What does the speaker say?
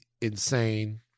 insane